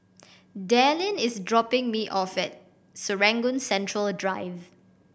Dallin is dropping me off at Serangoon Central Drive